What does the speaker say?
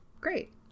great